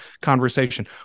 conversation